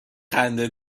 خنده